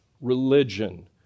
Religion